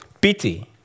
Pity